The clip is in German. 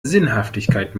sinnhaftigkeit